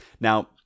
Now